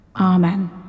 Amen